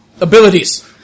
abilities